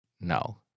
No